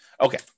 Okay